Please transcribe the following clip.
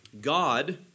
God